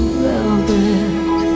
velvet